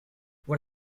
what